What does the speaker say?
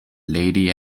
lady